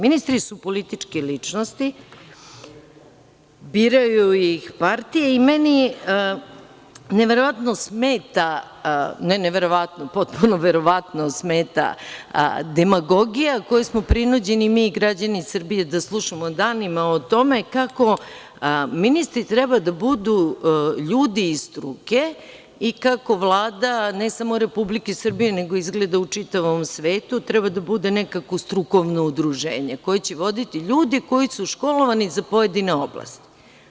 Ministri su političke ličnosti, biraju ih partije i meni neverovatno smeta, potpuno neverovatno smeta demagogija koju smo prinuđeni mi i građani Srbije da slušamo danima o tome kako ministri treba da budu ljudi iz struke, i kako Vlada, ne samo Republike Srbije, nego izgleda i u čitavom svetu, treba da bude nekako strukovno udruženje koje će voditi ljudi koji su školovani za pojedine oblasti.